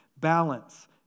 Balance